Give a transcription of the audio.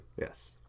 Yes